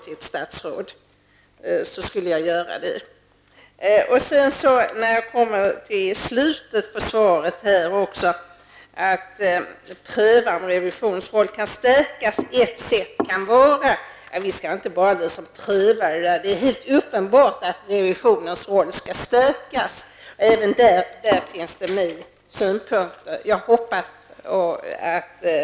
I slutet av svaret står det att man skall pröva om revisionsrollen kan stärkas. Det är helt uppenbart att revisionens roll skall stärkas. Även på det finns synpunkter. Jag hoppas att statsrådet vill ta upp saken.